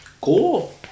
cool